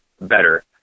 better